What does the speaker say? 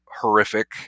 horrific